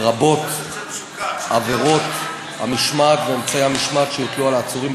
לרבות עבירות המשמעת ואמצעי המשמעת שיוטלו על עצורים,